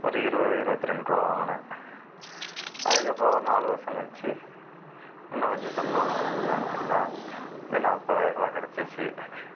ஒரு இருபது இருபத்தி ரெண்டு ரூபா வாங்கினேன் அதுக்கப்புறம் ஒரு நாலு வருஷம் கழிச்சு இன்னும் கொஞ்சம் சம்பளம் ஏற்றினாங்க நான் இந்த நாற்பதாய ரூபா கிடச்சிச்சி